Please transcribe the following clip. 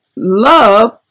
Love